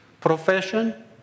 profession